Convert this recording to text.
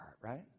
right